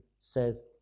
says